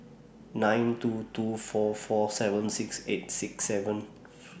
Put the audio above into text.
nine two two four four seven six eight six seven